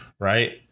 right